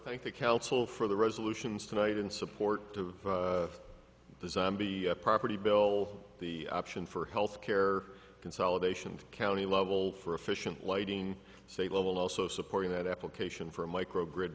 thank the council for the resolutions tonight in support of the zombie property bill the option for health care consolidation and county level for efficient lighting state level also supporting that application for a micro grid